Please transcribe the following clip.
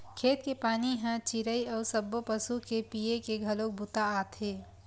खेत के पानी ह चिरई अउ सब्बो पसु के पीए के घलोक बूता आथे